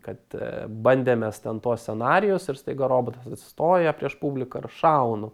kad bandėm mes ten tuos scenarijus ir staiga robotas atsistoja prieš publiką ir šaunu